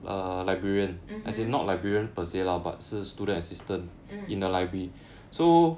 mmhmm mm